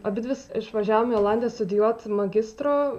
abidvi išvažiavom į olandiją studijuoti magistro